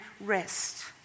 rest